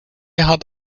hat